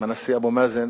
עם הנשיא אבו מאזן,